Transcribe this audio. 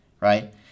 right